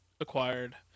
acquired